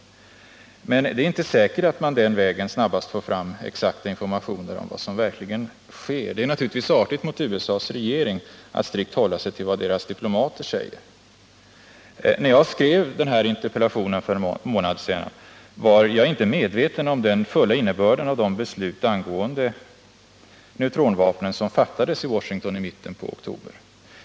Men det är inte säkert att man den vägen snabbast får fram exakta informationer om vad som verkligen sker. Men det är naturligtvis artigt mot USA:s regering att strikt hålla sig till vad deras diplomater säger. När jag för en månad sedan skrev den här interpellationen var jag inte medveten om den fulla innebörden av de beslut angående neutronvapen som fattades i Washington i mitten av oktober.